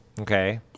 Okay